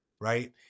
right